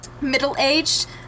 middle-aged